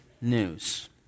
news